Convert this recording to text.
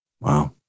Wow